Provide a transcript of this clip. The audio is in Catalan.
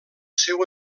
seu